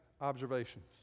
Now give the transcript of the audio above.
observations